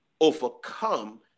overcome